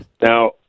Now